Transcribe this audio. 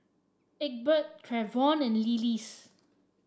Egbert Trevon and Lillis